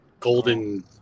Golden